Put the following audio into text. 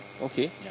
Okay